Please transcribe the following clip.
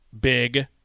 big